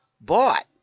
bought